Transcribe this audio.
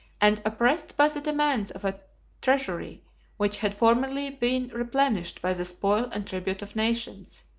and oppressed by the demands of a treasury which had formerly been replenished by the spoil and tribute of nations.